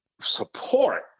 support